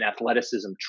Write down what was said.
athleticism